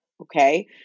okay